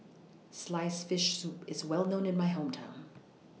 Sliced Fish Soup IS Well known in My Hometown